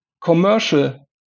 commercial